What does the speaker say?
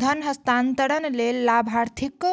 धन हस्तांतरण लेल लाभार्थीक